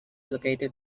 located